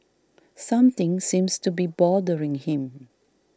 something seems to be bothering him